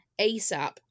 asap